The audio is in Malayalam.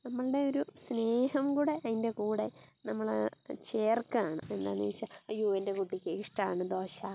നമ്മളുടെ ഒരു സ്നേഹം കൂടെ അതിൻ്റെ കൂടെ നമ്മൾ ചേർക്കുകയാണ് ഇപ്പം എന്താണെന്ന് ചോദിച്ചാൽ അയ്യോ എൻ്റെ കുട്ടിക്ക് ഇഷ്ടമാണ് ദോശ